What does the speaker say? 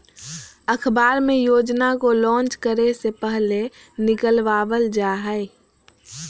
अखबार मे योजना को लान्च करे से पहले निकलवावल जा हय